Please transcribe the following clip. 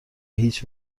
هیچ